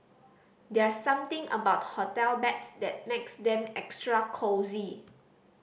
there's something about hotel beds that makes them extra cosy